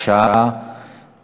הצעת ועדת הכנסת לבחור את חבר הכנסת